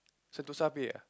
Sentosa pay ah